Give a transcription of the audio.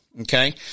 Okay